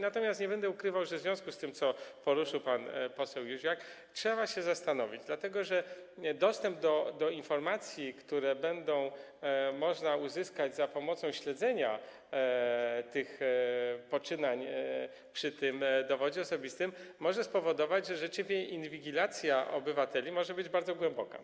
Natomiast nie będę ukrywał, że w związku z tym, co poruszył pan poseł Józwiak, trzeba się zastanowić, dlatego że dostęp do informacji, które można uzyskać za pomocą śledzenia tych poczynań przy tym dowodzie osobistym, może spowodować, że rzeczywiście inwigilacja obywateli może być bardzo głęboka.